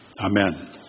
Amen